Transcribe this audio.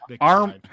Arm